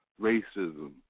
racism